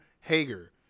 Hager